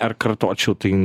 ar kartočiau tai